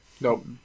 Nope